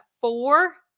four